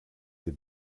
des